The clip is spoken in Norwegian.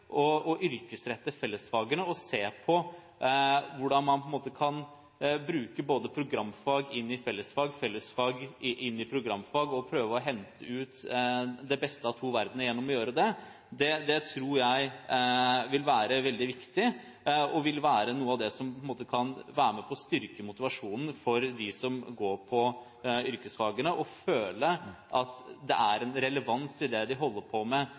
å yrkesrette fellesfagene og se på hvordan man kan bruke både programfag inn i fellesfag og fellesfag inn i programfag, og prøve å hente ut det beste av to verdener gjennom å gjøre det, tror jeg vil være veldig viktig. Det vil være noe av det som kan være med på å styrke motivasjonen for dem som går på yrkesfagene, å føle at det er en relevans i det de holder på med